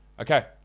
Okay